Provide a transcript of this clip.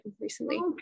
recently